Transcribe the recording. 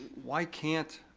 why can't